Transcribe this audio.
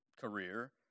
career